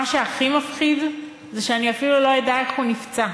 מה שהכי מפחיד זה שאני אפילו לא אדע איך הוא נפצע.